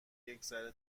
یکذره